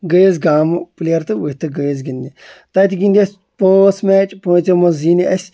گٔے أسۍ گامہٕ پٕلیر تہٕ ؤتھۍ تہٕ گٔے أسۍ گِنٛدنہِ تَتہِ گِنٛد اَسہِ پانٛژھ میچ پانٛژو منٛز زیٖنۍ اَسہِ